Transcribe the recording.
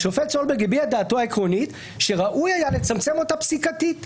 השופט סולברג הביע את דעתו העקרונית שראוי היה לצמצם אותה פסיקתית,